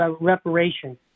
reparation